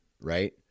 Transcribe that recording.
right